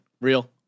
Real